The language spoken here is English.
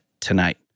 tonight